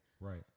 Right